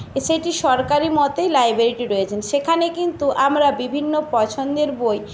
সেইটি সরকারি মতেই লাইব্রেরিটি রয়েছে সেখানে কিন্তু আমরা বিভিন্ন পছন্দের বই